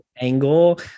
angle